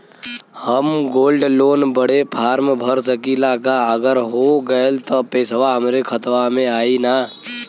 हम gold loan बड़े form भर सकी ला का अगर हो गैल त पेसवा हमरे खतवा में आई ना?